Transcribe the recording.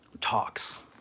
talks